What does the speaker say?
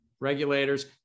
regulators